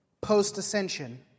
post-ascension